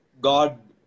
God